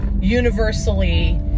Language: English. universally